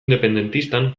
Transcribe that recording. independentistan